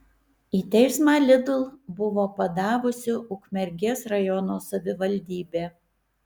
į teismą lidl buvo padavusi ukmergės rajono savivaldybė